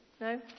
No